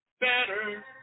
better